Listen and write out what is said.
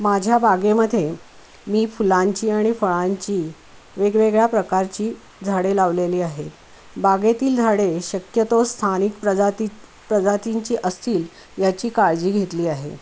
माझ्या बागेमध्ये मी फुलांची आणि फळांची वेगवेगळ्या प्रकारची झाडे लावलेली आहेत बागेतील झाडे शक्यतो स्थानिक प्रजाती प्रजातींची असतील याची काळजी घेतली आहे